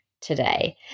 today